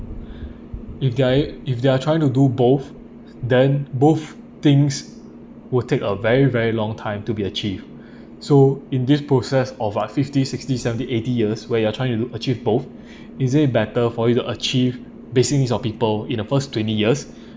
if they if they're trying to do both then both things will take a very very long time to be achieved so in this process of ah fifty sixty seventy eighty years where you are trying to achieve both isn't it better for you to achieve basic needs of people in the first twenty years